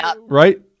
right